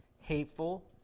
hateful